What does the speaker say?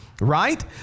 right